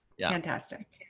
Fantastic